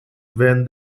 when